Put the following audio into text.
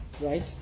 right